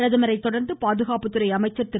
பிரதமரை தொடர்ந்து பாதுகாப்புத்துறை அமைச்சர் திரு